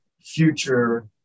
future